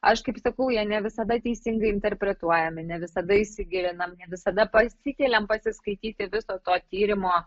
aš kaip sakau jie ne visada teisingai interpretuojami ne visada įsigilinam visada pasikeliam pasiskaityti viso to tyrimo